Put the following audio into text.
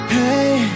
Hey